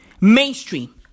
mainstream